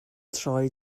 troi